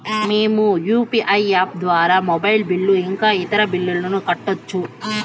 మేము UPI app ద్వారా mobile bill ఇంకా ఇతర బిల్లులను కట్టొచ్చు